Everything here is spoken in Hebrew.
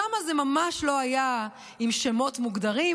שם זה ממש לא היה עם שמות מוגדרים,